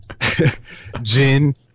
Jin